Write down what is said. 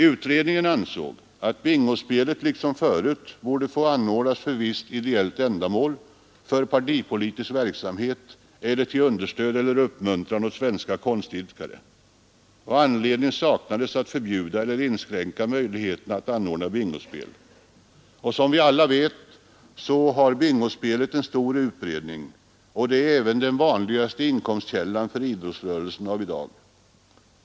Utredningen ansåg att bingospel liksom förut borde få anordnas för visst ideellt ändamål, för partipolitisk verksamhet eller till understöd eller uppmuntran åt svenska konstidkare. Anledning saknades att förbjuda eller inskränka möjligheterna att anordna bingospel. Som vi alla vet har bingospelet en stor utbredning och är den vanligaste inkomstkällan för idrottsrörelsen i dag.